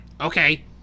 Okay